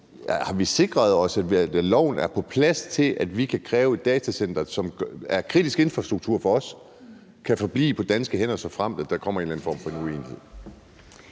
Har vi sikret os, at loven er på plads, til at vi kan kræve, at et datacenter, som er kritisk infrastruktur for os, kan forblive på danske hænder, såfremt der kommer en eller anden form for uenighed?